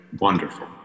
Wonderful